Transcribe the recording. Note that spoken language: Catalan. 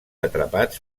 atrapats